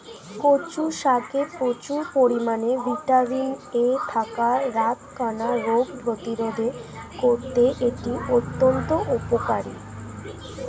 কচু শাকে প্রচুর পরিমাণে ভিটামিন এ থাকায় রাতকানা রোগ প্রতিরোধে করতে এটি অত্যন্ত উপকারী